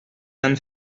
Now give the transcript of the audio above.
and